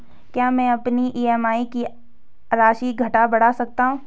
क्या मैं अपनी ई.एम.आई की धनराशि घटा बढ़ा सकता हूँ?